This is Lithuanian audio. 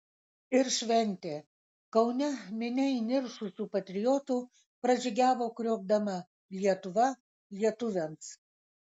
ir šventė kaune minia įniršusių patriotų pražygiavo kriokdama lietuva lietuviams